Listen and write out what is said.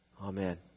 Amen